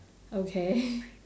okay